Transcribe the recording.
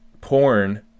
porn